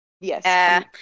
yes